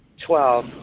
Twelve